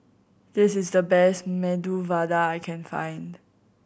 this is the best Medu Vada I can find